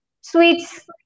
Sweets